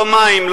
לא מים,